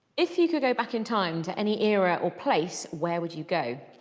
if you could go back in time to any era or place where would you go?